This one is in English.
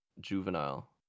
juvenile